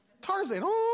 Tarzan